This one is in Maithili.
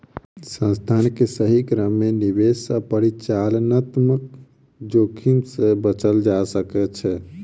संस्थान के सही क्रम में निवेश सॅ परिचालनात्मक जोखिम से बचल जा सकै छै